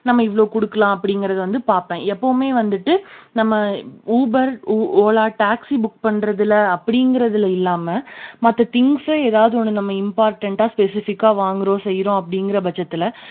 நம்ம இவ்வளோ கொடுக்கலாம் அப்படிங்கிறது வந்து பார்ப்பேன் எப்போவுமே வந்துட்டு நம்ம ஊபர் ஓலா டாக்சி புக் பண்ணுறதுல அப்படிங்கிறதுல இல்லாமல் மற்ற திங்க்ஸை ஏதாவது ஒன்று இம்பார்ட்டண்டாக ஸ்பெசிஃபிக்காக வாங்குகிறோம் செய்கிறோம் அப்படிங்கிற பட்சத்தில்